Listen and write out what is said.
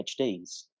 PhDs